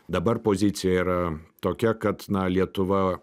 dabar pozicija yra tokia kad na lietuva